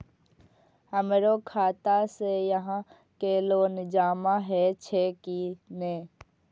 हमरो खाता से यहां के लोन जमा हे छे की ने?